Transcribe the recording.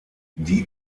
die